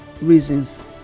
reasons